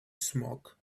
smoke